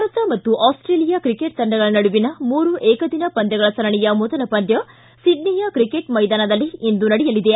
ಭಾರತ ಮತ್ತು Australia cricket ತಂಡಗಳ ನಡುವಿನ ಮೂರು ಏಕದಿನ ಪಂದ್ದಗಳ ಸರಣಿಯ ಮೊದಲ ಪಂದ್ದ ಸಿಡ್ನಿಯ ಕ್ರಿಕೆಟ್ ಮೈದಾನದಲ್ಲಿ ಇಂದು ನಡೆಯಲಿದೆ